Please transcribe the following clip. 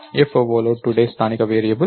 foo లో today స్థానిక variable